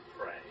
pray